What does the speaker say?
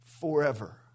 Forever